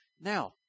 Now